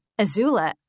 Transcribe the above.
azula